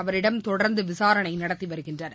அவரிடம் தொடர்ந்து விசாரணை நடத்தி வருகின்றனர்